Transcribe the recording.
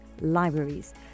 libraries